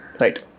Right